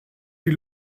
die